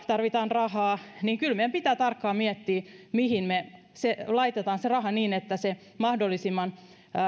tarvitaan rahaa niin kyllä meidän pitää tarkkaan miettiä mihin se raha laitetaan niin että se mahdollisimman